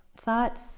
Thoughts